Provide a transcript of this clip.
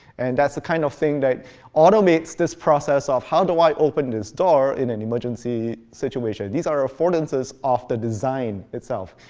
and that's the kind of thing that automates this process of how do i open this door in an emergency situation. these are affordances of the design itself.